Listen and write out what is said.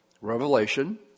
Revelation